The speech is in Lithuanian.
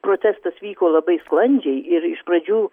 protestas vyko labai sklandžiai ir iš pradžių